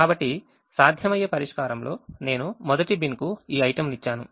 కాబట్టి సాధ్యమయ్యే పరిష్కారంలో నేను మొదటి బిన్కు ఈ item ను ఇచ్చాను